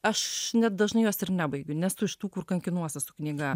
aš net dažnai jos ir nebaigiu nesu iš tų kur kankinuosi su knyga